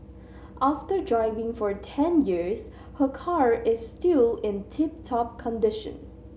after driving for ten years her car is still in tip top condition